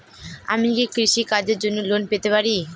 আমি কি কৃষি কাজের জন্য লোন পেতে পারি?